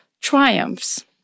triumphs